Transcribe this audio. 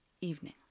Evening